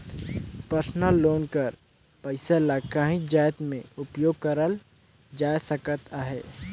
personal loan कर पइसा ल काहींच जाएत में उपयोग करल जाए सकत अहे